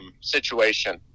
situation